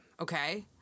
okay